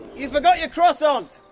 you forgot your croissant!